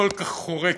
כל כך חורקת.